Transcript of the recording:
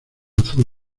azul